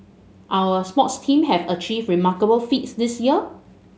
our sports teams have achieved remarkable feats this year